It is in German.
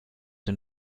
den